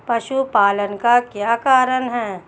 पशुपालन का क्या कारण है?